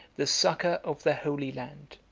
the succor of the holy land,